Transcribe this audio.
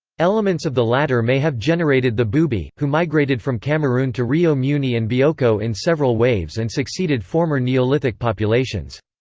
elements of the latter may have generated the bubi, who migrated from cameroon to rio muni and bioko in several waves and succeeded former neolithic populations.